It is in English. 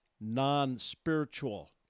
non-spiritual